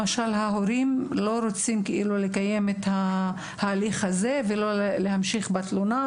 ההורים לא רוצים לקיים את ההליך הזה ולהמשיך בתלונה,